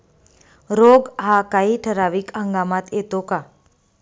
रोग हा काही ठराविक हंगामात येतो का?